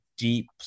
deep